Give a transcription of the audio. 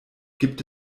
gibt